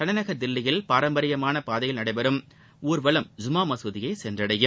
தலைநகர் தில்லியில் பாரம்பரியான பாதையில் நடைபெறும் ஊர்வலம் ஜும்மா மகுதியை சென்றடையும்